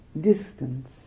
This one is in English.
distance